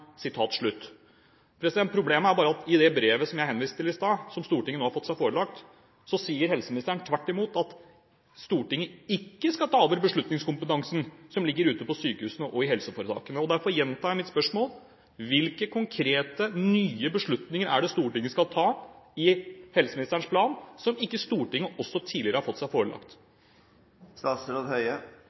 Problemet er bare at i det brevet som jeg henviste til i stad, som Stortinget nå har fått seg forelagt, sier helseministeren tvert imot at Stortinget ikke skal ta over beslutningskompetansen som ligger i sykehusene og i helseforetakene. Derfor gjentar jeg mitt spørsmål: Hvilke konkrete nye beslutninger er det Stortinget skal ta i helseministerens plan som ikke Stortinget også tidligere har fått seg